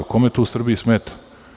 Kome to u Srbiji smeta?